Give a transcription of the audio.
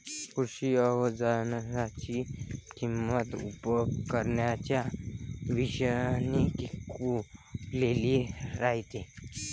कृषी अवजारांची किंमत उपकरणांच्या शीर्षस्थानी कोरलेली राहते